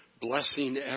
blessing